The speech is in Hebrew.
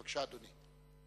בבקשה, אדוני.